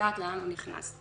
ולדעת לאן הוא נכנס.